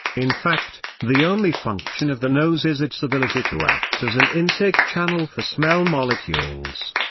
in fact, the only function of the nose is its ability to act as an intake channel for smell molecules.